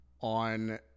on